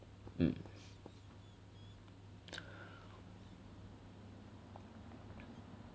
mm